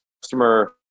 customer